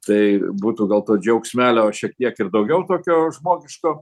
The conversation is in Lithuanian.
tai būtų gal to džiaugsmelio šiek tiek ir daugiau tokio žmogiško